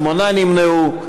שמונה נמנעו.